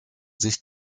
sich